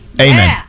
Amen